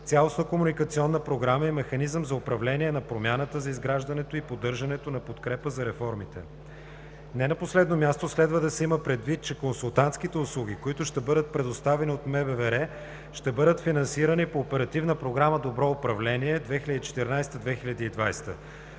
цялостна комуникационна програма и механизъм за управление на промяната за изграждането и поддържането на подкрепа за реформите. Не на последно място, следва да се има предвид, че консултантските услуги, които ще бъдат предоставени от Международната банка за възстановяване и развитие, ще бъдат финансирани по Оперативна програма „Добро управление“ 2014 –2020.